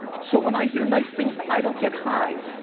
so when i hear nice things, i don't get high.